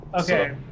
Okay